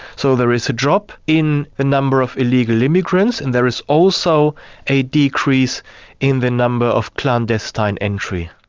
so there is a drop in the number of illegal immigrants, and there is also a decrease in the number of clandestine entry.